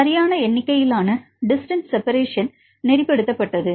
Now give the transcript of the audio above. சரியான எண்ணிக்கையிலான distance separation நெறிப்படுத்தப்பட்டது